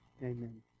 Amen